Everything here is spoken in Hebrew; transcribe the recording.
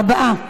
ארבעה.